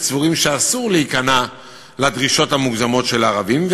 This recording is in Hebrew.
סבורות שאסור להיכנע לדרישות המוגזמות של הערבים,